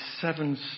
seven